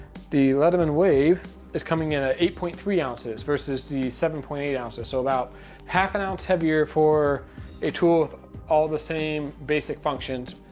the leatherman wave is coming in at ah eight point three ounces versus the seven point eight ounces. so about half an ounce heavier for a tool with all the same basic functions,